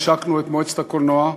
השקנו את מועצת הקולנוע.